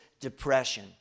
depression